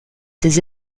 des